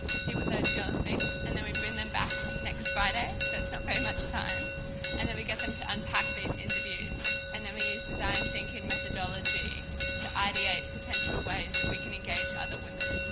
see what those girls think and then we bring them back next friday, so it's not very much time and then we get them to unpack these interviews and then we use design thinking methodology to ideate potential ways that we can engage other women.